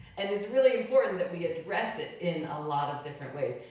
and it's really important that we address it in a lot of different ways.